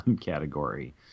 category